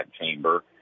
chamber